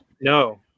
No